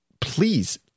please